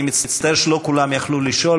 אני מצטער שלא כולם יכלו לשאול,